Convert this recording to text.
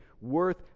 worth